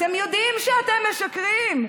אתם יודעים שאתם משקרים,